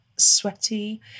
sweaty